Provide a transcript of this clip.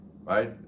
right